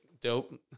dope